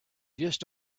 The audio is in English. just